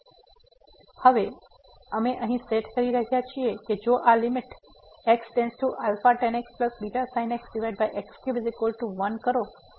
તેથી હવે અમે અહીં સેટ કરી રહ્યા છીએ કે જો આ limit x→tan x βsin x x31 કરો તો આ ફંક્શન કંટીન્યુઅસ બનશે